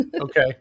Okay